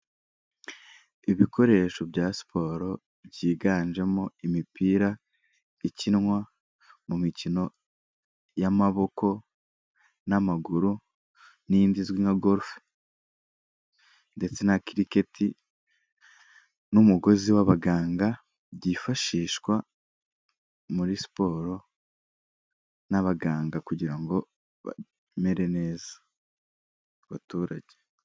Ibikoresho bya siporo byiganjemo imipira ikinwa mu mikino y'amaboko n'amaguru n'indi izwi nka gorife ndetse na kiriketi n'umugozi w'abaganga byifashishwa muri siporo n'abaganga kugira ngo bamere neza abaturage.